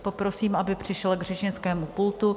Poprosím, aby přišel k řečnickému pultu.